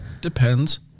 Depends